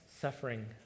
suffering